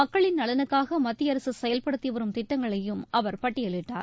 மக்களின் நலனுக்காக மத்திய அரசு செயல்படுத்தி வரும் திட்டங்களையும் அவர் பட்டியலிட்டார்